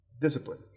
discipline